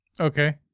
Okay